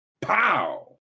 pow